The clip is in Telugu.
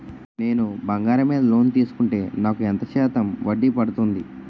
నేను బంగారం మీద లోన్ తీసుకుంటే నాకు ఎంత శాతం వడ్డీ పడుతుంది?